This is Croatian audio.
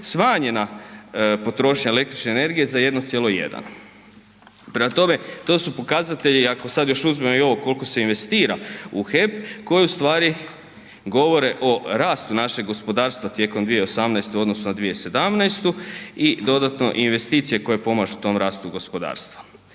smanjena potrošnja električne energije za 1,1. Prema tome, to su pokazatelji, ako sad još uzmem i ovo kolko se investira u HEP koji u stvari govore o rastu našeg gospodarstva tijekom 2018. u odnosu na 2017. i dodatno investicije koje pomažu tom rastu gospodarstva.